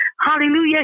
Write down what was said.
Hallelujah